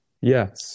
Yes